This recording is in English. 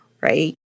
right